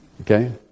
Okay